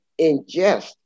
ingest